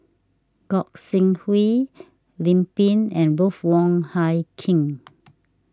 Gog Sing Hooi Lim Pin and Ruth Wong Hie King